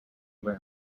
beu